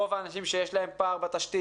רוב האנשים שיש להם פער בתשתית,